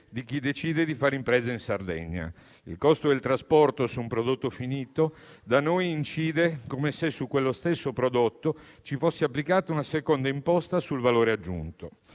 di chi decide di fare impresa in Sardegna. Il costo del trasporto su un prodotto finito da noi incide come se su quello stesso prodotto ci fosse applicata una seconda imposta sul valore aggiunto.